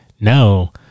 No